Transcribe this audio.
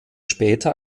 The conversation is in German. später